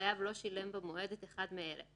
החייב לא שילם במועד את אחד מאלה: